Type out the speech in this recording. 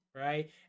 right